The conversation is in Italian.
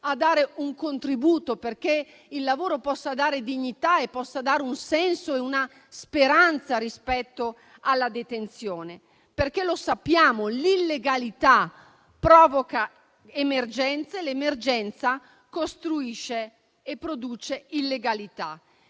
a dare un contributo perché il lavoro possa dare dignità, un senso e una speranza rispetto alla detenzione. Sappiamo che l'illegalità provoca emergenze e l'emergenza costruisce e produce illegalità.